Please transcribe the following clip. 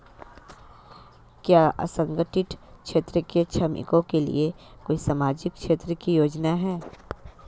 क्या असंगठित क्षेत्र के श्रमिकों के लिए कोई सामाजिक क्षेत्र की योजना है?